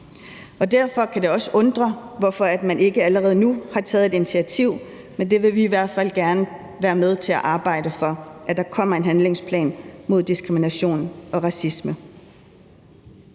Derfor kan det også undre, at man ikke allerede nu har taget et initiativ, men det vil vi i hvert fald gerne være med til at arbejde for, altså at der kommer en handlingsplan mod diskrimination og racisme.